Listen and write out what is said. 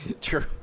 True